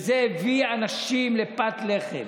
וזה הביא אנשים לפת לחם.